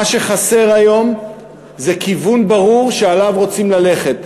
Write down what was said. מה שחסר היום זה כיוון ברור שאליו רוצים ללכת.